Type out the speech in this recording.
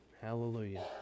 Hallelujah